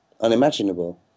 unimaginable